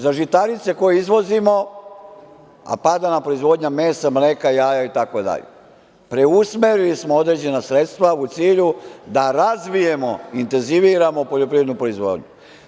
Za žitarice koje izvozimo, a pada nam proizvodnja mesa, mleka, jaja itd, preusmerili smo određena sredstva u cilju da razvijemo, intenziviramo poljoprivrednu proizvodnju.